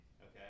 okay